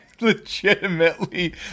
legitimately